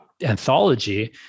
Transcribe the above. anthology